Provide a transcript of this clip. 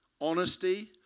honesty